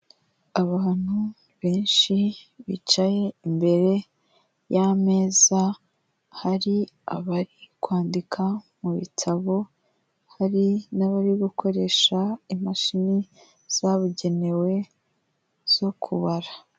Abantu benshi bicaye imbere y'ameza hari abari kwandika mu bitabo, hari n'abari gukoresha imashini zabugenewe zo kubara.